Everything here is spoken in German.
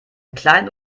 kleine